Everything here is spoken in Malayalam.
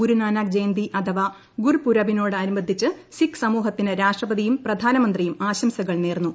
ഗുരുനാനാക്ക് ജയന്തി അഥവാ ഗുർപുരാബിനോട് അനുബന്ധിച്ച് സിക്ക് സമൂഹത്തിന് രാഷ്ട്രപതിയും പ്രധാനമന്ത്രിയും ആശംസകൾ നേർന്നു